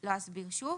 לא אסביר שוב.